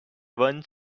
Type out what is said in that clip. one